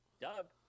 Dub